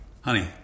Honey